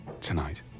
tonight